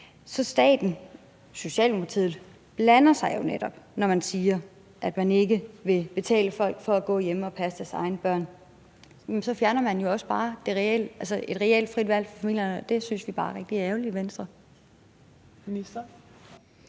om staten, men Socialdemokratiet blander sig jo netop, når man siger, at man ikke vil betale folk for at gå hjemme og passe deres egne børn. Så fjerner man jo også bare et reelt frit valg for familierne. Det synes vi i Venstre bare er